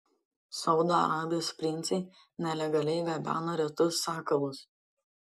saudo arabijos princai nelegaliai gabeno retus sakalus